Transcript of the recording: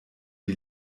die